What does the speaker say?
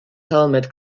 helmet